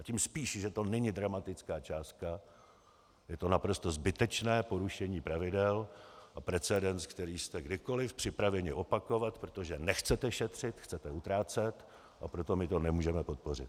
A tím spíš, že to není dramatická částka, je to naprosto zbytečné porušení pravidel a precedens, který jste kdykoli připraveni opakovat, protože nechcete šetřit, chcete utrácet, a proto my to nemůžeme podpořit.